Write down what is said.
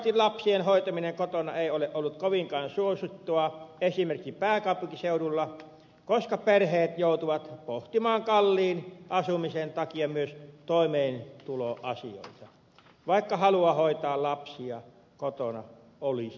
valitettavasti lapsien hoitaminen kotona ei ole ollut kovinkaan suosittua esimerkki pääkaupunkiseudulla koska perheet joutuvat pohtimaan kalliin asumisen takia myös toimeentuloasioita vaikka halua hoitaa lapsia kotona olisikin